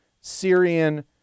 Syrian